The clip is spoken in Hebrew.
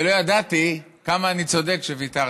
ולא ידעתי כמה אני צודק שוויתרתי.